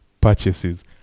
Purchases